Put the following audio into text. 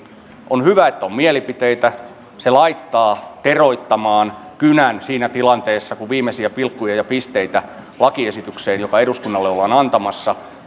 on hyvä että on mielipiteitä se laittaa teroittamaan kynän siinä tilanteessa kun viimeisiä pilkkuja ja pisteitä lakiesitykseen jota eduskunnalle ollaan antamassa